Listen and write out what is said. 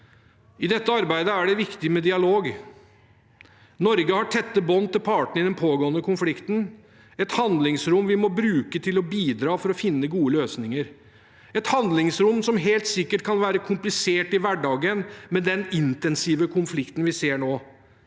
I dette arbeidet er det viktig med dialog. Norge har tette bånd til partene i den pågående konflikten – et handlingsrom vi må bruke til å bidra for å finne gode løsninger, et handlingsrom som helt sikkert kan være komplisert i hverdagen, med den intensive konflikten vi ser nå.